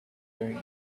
during